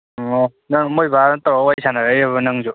ꯎꯝ ꯑꯣ ꯅꯪ ꯃꯣꯏꯕꯥꯅ ꯇꯧꯔ ꯋꯥꯔꯤ ꯁꯥꯟꯅꯔꯛꯏꯔꯕ ꯅꯪꯁꯨ